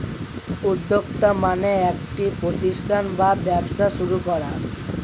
উদ্যোক্তা মানে একটি প্রতিষ্ঠান বা ব্যবসা শুরু করা